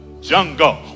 jungle